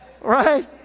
Right